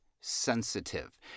sensitive